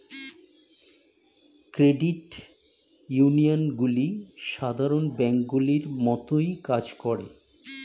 credit ইউনিয়নগুলি সাধারণ ব্যাঙ্কগুলির মতোই কাজ করে